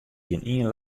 gjinien